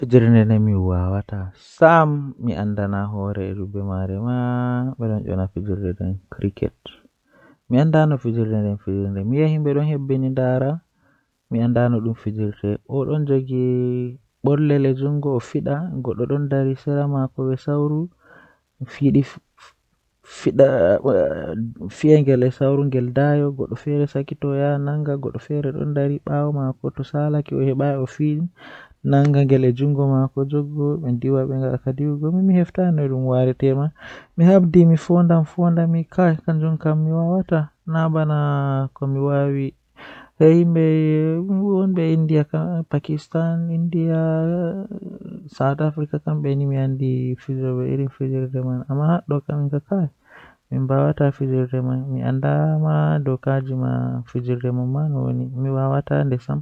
Demngal mi burdaa yiduki mi waawa kanjum woni arabre, mi yidi mi waawa arabre masin ngam bo kowadi tomi yahi lesde arab en do mi wolwa be arabre mi faama be be faama mi nden haa jangugo qur'anu bo tomi don janga mi anda ko mi jangata nden mi waawan fassurki.